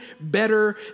better